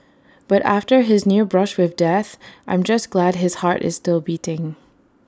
but after his near brush with death I'm just glad his heart is still beating